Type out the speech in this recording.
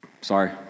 Sorry